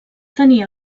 tenia